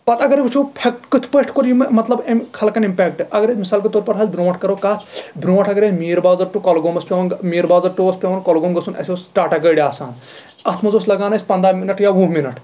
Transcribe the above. پَتہٕ اَگر وُچھو فیٚک کِتھ پٲٹھۍ کور أمۍ مطلب أمۍ خلقن اِمپیکٹ اَگر أسۍ مِثال کے طور پرحظ برۄنٛٹھ کَرو کَتھ برۄنٛٹھ اَگر اسۍ میٖر بازر ٹہ کۄلگوم اوس پیٚوان میٖر بازر تُہ اوس پیٚوان کۄلگوم گژھُن اسہِ اوس ٹاٹا گٲڈ آسان اَتھ منٛز اوس اَسہِ لگان پنٛدہ مِنٹ یا وُہ مِنٹ